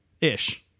ish